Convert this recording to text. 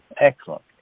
Excellent